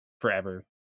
forever